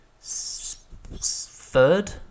third